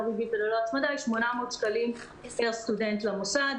ריבית וללא הצמדה היא 800 שקלים פר סטודנט למוסד.